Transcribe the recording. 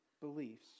beliefs